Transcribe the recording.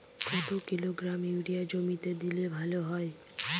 কত kilogram urea জমিতে দিলে ভালো হয়?